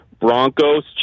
Broncos